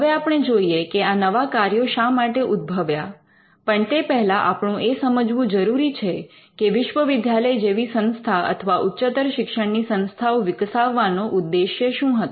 હવે આપણે જોઈએ કે આ નવા કાર્યો શા માટે ઉદભવ્યા પણ તે પહેલા આપણું એ સમજવું જરૂરી છે કે વિશ્વવિદ્યાલય જેવી સંસ્થા અથવા ઉચ્ચતર શિક્ષણ ની સંસ્થાઓ વિકસાવવાનો ઉદ્દેશ્ય શું હતો